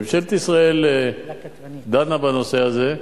ממשלת ישראל דנה בנושא הזה,